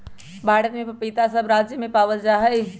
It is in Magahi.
भारत में पपीता सब राज्य में पावल जा हई